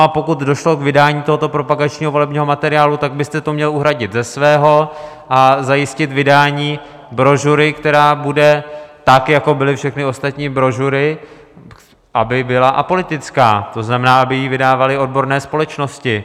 A pokud došlo k vydání tohoto propagačního volebního materiálu, tak byste to měl uhradit ze svého a zajistit vydání brožury, která bude tak, jako byly všechny ostatní brožury, apolitická, to znamená, aby ji vydávaly odborné společnosti.